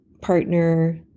partner